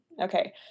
Okay